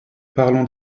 parlons